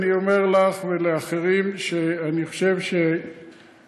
אני אומר לך ולאחרים שאני חושב שהדרך